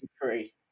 free